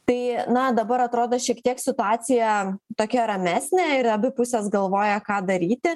tai na dabar atrodo šiek tiek situacija tokia ramesnė ir abi pusės galvoja ką daryti